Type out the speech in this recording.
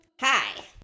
hi